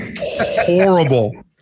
Horrible